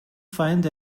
find